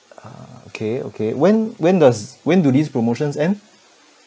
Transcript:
ah okay okay when when does when do these promotions end